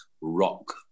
rock